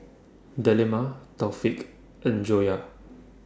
Delima Taufik and Joyah